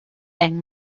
young